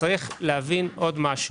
צריך להבין עוד משהו: